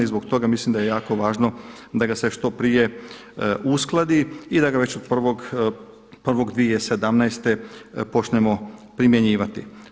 I zbog toga mislim da je jako važno da ga se što prije uskladi i da ga već od 1.1.2017. počnemo primjenjivati.